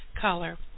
color